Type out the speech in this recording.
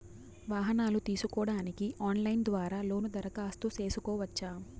వాహనాలు తీసుకోడానికి ఆన్లైన్ ద్వారా లోను దరఖాస్తు సేసుకోవచ్చా?